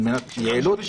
לצורך יעילות?